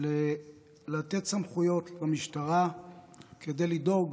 לתת סמכויות למשטרה כדי לדאוג